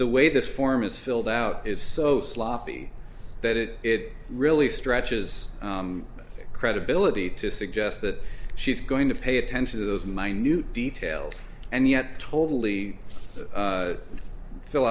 the way this form is filled out is so sloppy that it it really stretches credibility to suggest that she's going to pay attention to minute details and yet totally fill